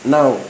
Now